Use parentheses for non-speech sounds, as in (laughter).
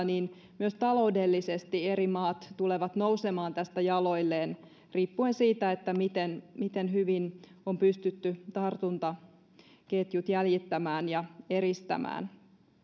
(unintelligible) niin myös taloudellisesti eri maat tulevat nousemaan tästä jaloilleen eri tavalla riippuen siitä miten miten hyvin on pystytty tartuntaketjut jäljittämään ja eristämään